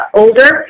older